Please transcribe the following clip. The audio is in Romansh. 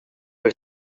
per